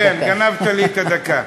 כן, גנבת לי את הדקה.